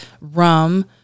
rum